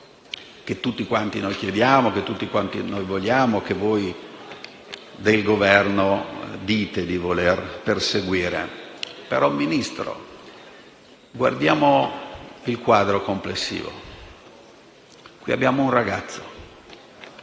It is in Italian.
che tutti noi chiediamo e vogliamo e che voi del Governo dite di volere perseguire. Però, Ministro, guardiamo il quadro complessivo: qui abbiamo un ragazzo